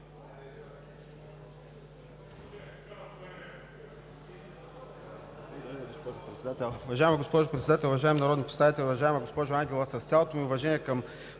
Уважаема госпожо Председател, уважаеми народни представители! Уважаема госпожо Ангелова, с цялото ми уважение към